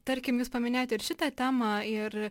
tarkim jūs paminėjot ir šitą temą ir